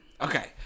Okay